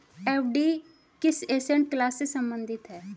FD किस asset class से संबंधित है?